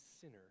sinner